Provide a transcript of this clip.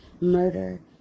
murder